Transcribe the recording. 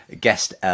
guest